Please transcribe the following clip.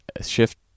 shift